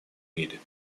мире